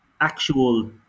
actual